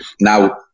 Now